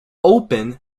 open